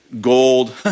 gold